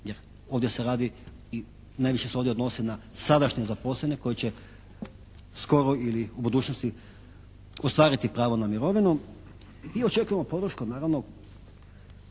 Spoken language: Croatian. jer ovdje se radi i najviše ovdje odnosi na sadašnje zaposlene koji će skoro ili u budućnosti ostvariti pravo na mirovinu i očekujemo podršku naravno